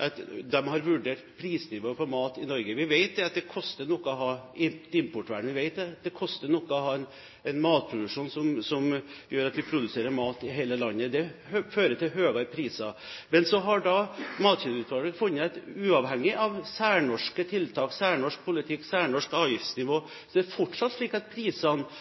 at de har vurdert prisnivået på mat i Norge. Vi vet at det koster noe å ha et importvern, vi vet at det koster noe å ha en matproduksjon som gjør at vi produserer mat i hele landet. Det fører til høyere priser. Men så har Matkjedeutvalget funnet at uavhengig av særnorske tiltak, særnorsk politikk og særnorsk avgiftsnivå er det fortsatt slik at prisene